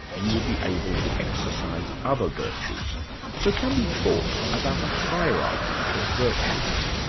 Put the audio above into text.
you will be able to exercise other virtues so can we talk about a hierarchy of virtues.